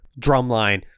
drumline